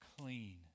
clean